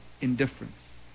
indifference